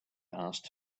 asked